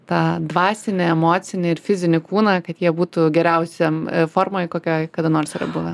tą dvasinį emocinį ir fizinį kūną kad jie būtų geriausiam formoj kokioj kada nors yra buvę